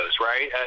right